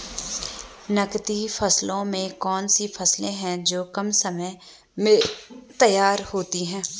नकदी फसलों में कौन सी फसलें है जो कम समय में तैयार होती हैं?